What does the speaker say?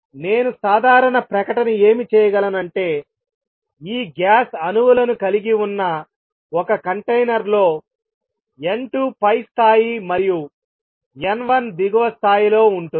నేను సాధారణ ప్రకటన ఏమి చేయగలను అంటే ఈ గ్యాస్ అణువులను కలిగి ఉన్న ఒక కంటైనర్ లో n 2 పై స్థాయి మరియు n 1 దిగువ స్థాయిలో ఉంటుంది